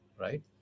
right